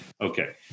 Okay